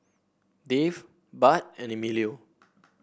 David Budd and Emilio